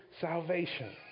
salvation